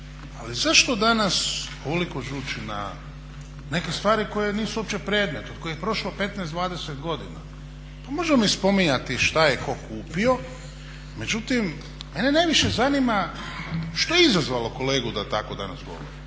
Ali zašto danas ovoliko žući na neke stvari koje nisu uopće predmet, od kojih je prošlo 15, 20 godina? Pa možemo mi spominjati šta je tko kupio, međutim, mene najviše zanima što je izazvalo kolegu da tako danas govori